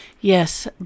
Yes